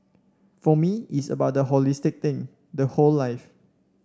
for me it's about the holistic thing the whole life